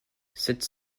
sept